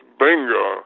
bingo